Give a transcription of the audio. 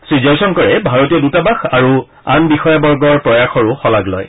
শ্ৰীজয়শংকৰে ভাৰতীয় দৃতাবাস আৰু আন বিষয়াবৰ্গৰ প্ৰয়াসৰো শলাগ লয়